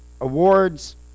awards